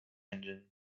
engine